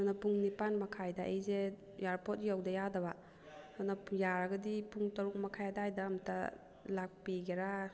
ꯑꯗꯨꯅ ꯄꯨꯡ ꯅꯤꯄꯥꯜ ꯃꯈꯥꯏꯗ ꯑꯩꯁꯦ ꯑꯦꯌꯥꯔꯄꯣꯔꯠ ꯌꯧꯗꯕ ꯌꯥꯗꯕ ꯑꯗꯨꯅ ꯌꯥꯔꯒꯗꯤ ꯄꯨꯡ ꯇꯔꯨꯛ ꯃꯈꯥꯏ ꯑꯗꯥꯏꯗ ꯑꯝꯇ ꯂꯥꯛꯄꯤꯒꯦꯔꯥ